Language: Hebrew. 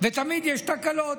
ותמיד יש תקלות.